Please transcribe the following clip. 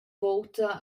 vouta